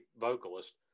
vocalist